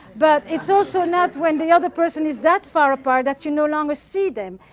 but it's also not when the other person is that far apart that you no longer see them.